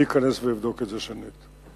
אני אכנס ואבדוק את זה שנית.